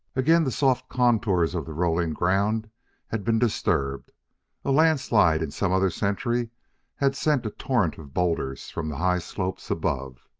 again the soft contours of the rolling ground had been disturbed a landslide in some other century had sent a torrent of boulders from the high slopes above.